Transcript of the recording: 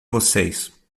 vocês